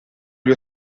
gli